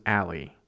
alley